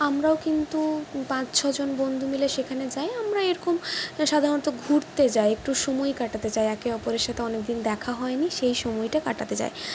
আমরাও কিন্তু পাঁচ ছজন বন্ধু মিলে সেখানে যাই আমরা এরকম সাধারণত ঘুরতে যাই একটু সময় কাটাতে যাই একে অপরের সাথে অনেকদিন দেখা হয়নি সেই সময়টা কাটাতে যাই